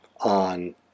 on